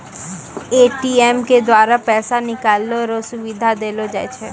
ATM के द्वारा पैसा निकालै रो सुविधा देलो जाय छै